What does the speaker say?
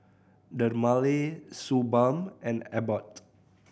Dermale Suu Balm and Abbott